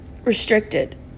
restricted